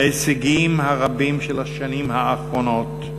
ההישגים הרבים של השנים האחרונות,